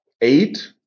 eight